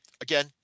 again